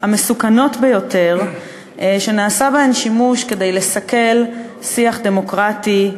המסוכנות ביותר שנעשה בהן שימוש כדי לסכל שיח דמוקרטי,